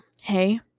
hey